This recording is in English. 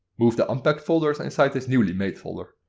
move the unpacked folders inside this newly made folder.